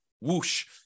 whoosh